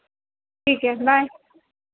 ठीक है बाय